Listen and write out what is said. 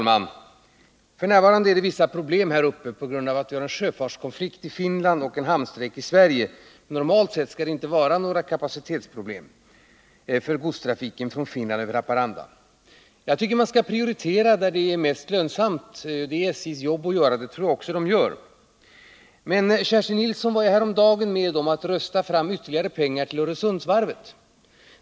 Herr talman! F. n. är det vissa problem uppe i de här trakterna på grund av att vi har en sjöfartskonflikt i Finland och en hamnstrejk i Sverige. Normalt sett skall det inte vara några kapacitetsproblem för godstrafiken från Finland över Haparanda. Jag tycker att man skall prioritera där det är mest lönsamt — det är SJ:s jobb att göra detta, och det tror jag också att SJ gör. Men Kerstin Nilsson var ju häromdagen med om att rösta fram ytterligare pengar till Öresundsvarvet.